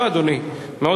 אדוני, בבקשה.